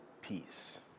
peace